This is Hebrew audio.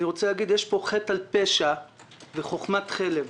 אני רוצה להגיד שיש פה חטא על פשע וחכמת חלם.